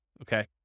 okay